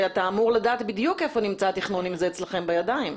זה נשמע שאתה אמור לדעת בדיוק איפה נמצא התכנון אם זה אצלכם בידיים.